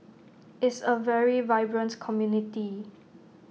is A very vibrant community